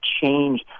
change